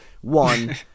one